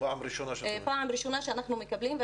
פעם ראשונה שאנחנו מקבלים,